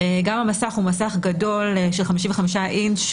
גם המסך הוא מסך גדול של 55 אינץ',